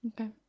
okay